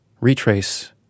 Retrace